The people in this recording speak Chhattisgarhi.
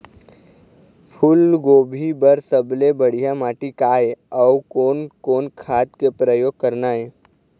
फूलगोभी बर सबले बढ़िया माटी का ये? अउ कोन कोन खाद के प्रयोग करना ये?